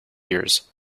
years